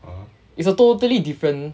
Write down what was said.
it's a totally different